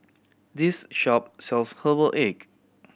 this shop sells herbal egg